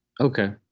Okay